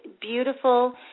beautiful